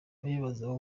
abibaza